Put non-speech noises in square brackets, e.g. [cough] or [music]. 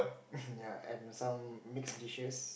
[laughs] ya and some mixed dishes